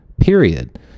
period